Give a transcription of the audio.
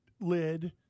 lid